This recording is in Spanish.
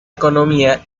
economía